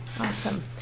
awesome